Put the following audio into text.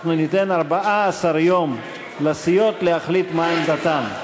אנחנו ניתן 14 יום לסיעות להחליט מה עמדתן.